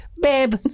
Babe